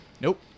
Nope